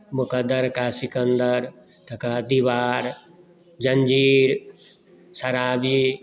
मुक्कदर का सिकन्दर तकर बाद दिवार जञ्जीर शराबी